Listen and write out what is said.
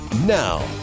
Now